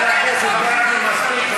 חבר הכנסת גפני, מספיק.